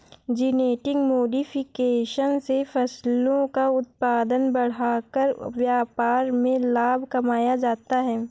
genetic modification से फसलों का उत्पादन बढ़ाकर व्यापार में लाभ कमाया जाता है